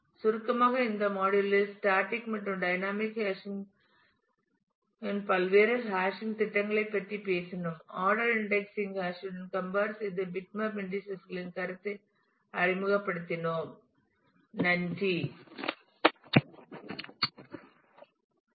சுருக்கமாக இந்த மாடியுல் இல் ஸ்டாடிக் மற்றும் டைனமிக் ஹாஷிங்கின் பல்வேறு ஹாஷிங் திட்டங்களைப் பற்றி பேசினோம் ஆர்டர் இன்டெக்ஸிங்கை ஹாஷிங்குடன் கம்பர் செய்து பிட்மேப் இன்டீஸஸ் களின் கருத்தை அறிமுகப்படுத்தினோம்